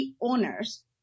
owners